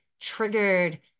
triggered